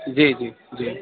جی جی جی